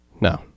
No